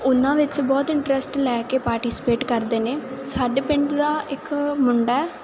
ਉਹਨਾਂ ਵਿੱਚ ਬਹੁਤ ਇੰਟਰਸਟ ਲੈ ਕੇ ਪਾਰਟੀਸਪੇਟ ਕਰਦੇ ਨੇ ਸਾਡੇ ਪਿੰਡ ਦਾ ਇੱਕ ਮੁੰਡਾ ਹੈ